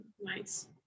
Nice